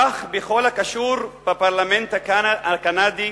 כך, בכל הקשור בפרלמנט הקנדי,